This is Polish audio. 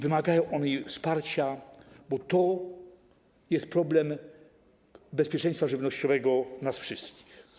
Wymagają oni wsparcia, bo to jest problem bezpieczeństwa żywnościowego nas wszystkich.